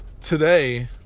today